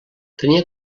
tenia